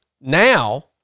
now